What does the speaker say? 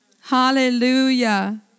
Hallelujah